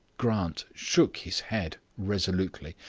grant shook his head resolutely.